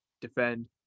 Defend